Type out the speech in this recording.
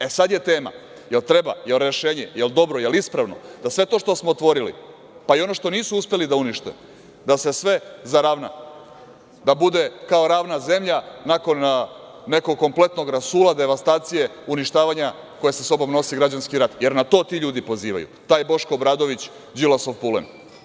E, sada je tema jel treba, jel rešenje, jel dobro, jel ispravno da sve to što smo otvorili, pa i ono što nisu uspeli da unište, da se sve zaravna, da bude kao ravna zemlja nakon nekog kompletnog rasula, devastacije, uništavanja koje sa sobom nosi građanski rat, jer na to ti ljudi pozivaju, taj Boško Obradović, Đilasov pulen.